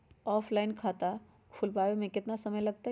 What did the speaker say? Offline खाता खुलबाबे में केतना समय लगतई?